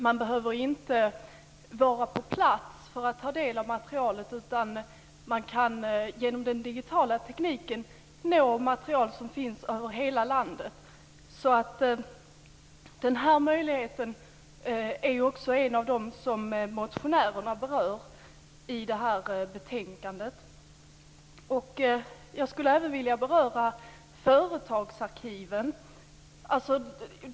Man behöver inte vara på plats för att ta del av materialet, utan man kan genom den digitala tekniken nå material som finns över hela landet. Den här möjligheten är också en av dem som berörs i de motioner som behandlas i detta betänkandet. Jag skulle även vilja beröra företagsarkiven.